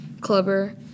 Clubber